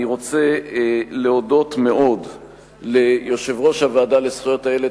אני רוצה להודות מאוד ליושב-ראש הוועדה לזכויות הילד,